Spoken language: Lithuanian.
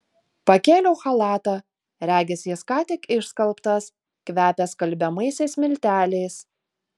pakėliau chalatą regis jis ką tik išskalbtas kvepia skalbiamaisiais milteliais